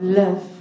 love